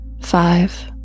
Five